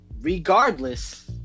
Regardless